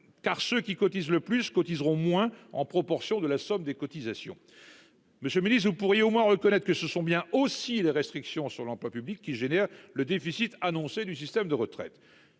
car ceux qui cotisent le plus cotiseront moins en proportion de la somme des cotisations. Monsieur, vous pourriez au moins reconnaître que ce sont bien aussi les restrictions sur l'emploi public qui génère le déficit annoncé du système de retraite